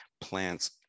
plants